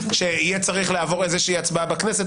שיעבור הצבעה בכנסת.